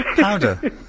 powder